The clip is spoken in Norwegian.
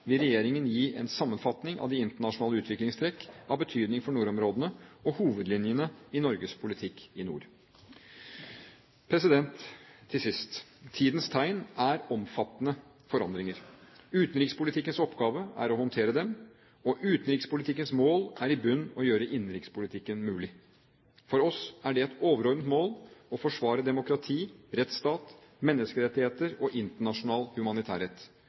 vil regjeringen gi en sammenfatning av de internasjonale utviklingstrekk av betydning for nordområdene og hovedlinjene i Norges politikk i nord. Til sist: Tidens tegn er omfattende forandringer. Utenrikspolitikkens oppgave er å håndtere dem, og utenrikspolitikkens mål er i bunn å gjøre innenrikspolitikken mulig. For oss er det et overordnet mål å forsvare demokrati, rettsstat, menneskerettigheter og internasjonal humanitærrett.